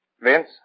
Vince